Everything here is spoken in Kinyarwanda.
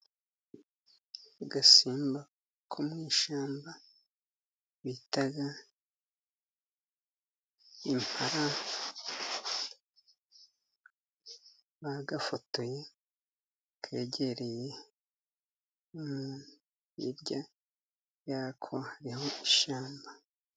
Agasimba ko mu ishyamba bita impara bagafotoye kegereye, hirya yako hariho ishyamba.